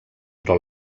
però